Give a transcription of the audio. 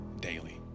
Daily